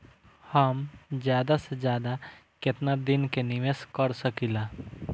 हम ज्यदा से ज्यदा केतना दिन के निवेश कर सकिला?